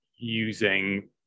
using